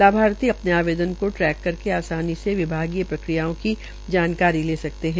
लाभार्थी अपने आवेदन को ट्रैक करके आसानी से विभागीय प्रक्रियाओं की जानकारी ले सकता है